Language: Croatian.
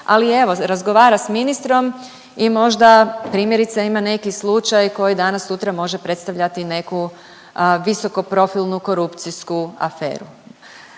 ali evo razgovara s ministrom i možda primjerice ima neki slučaj koji danas sutra može predstavljati neku visoko profilnu korupcijsku aferu.